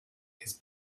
his